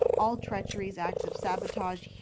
all treacheries, acts of sabotage,